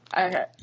Okay